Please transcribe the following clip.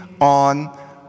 on